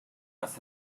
must